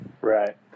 Right